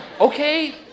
Okay